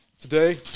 Today